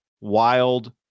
wild